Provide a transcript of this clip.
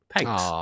Thanks